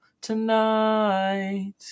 tonight